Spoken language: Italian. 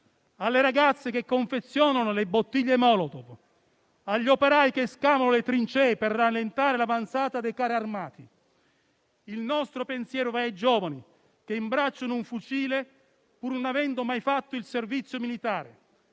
alle ragazze che confezionano le bottiglie *molotov*; agli operai che scavano le trincee per rallentare l'avanzata dei carri armati. Il nostro pensiero va ai giovani che imbracciano un fucile pur non avendo mai fatto il servizio militare;